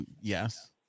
Yes